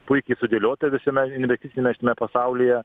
puikiai sudėliota visame investiciniame šitame pasaulyje